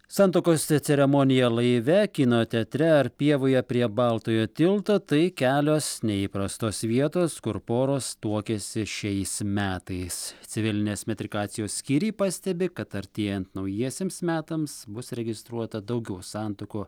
santuokos ceremonija laive kino teatre ar pievoje prie baltojo tilto tai kelios neįprastos vietos kur poros tuokėsi šiais metais civilinės metrikacijos skyriai pastebi kad artėjant naujiesiems metams bus registruota daugiau santuokų